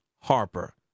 Harper